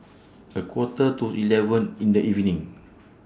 A Quarter to eleven in The evening